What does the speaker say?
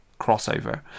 crossover